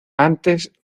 antes